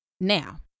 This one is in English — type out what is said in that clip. Now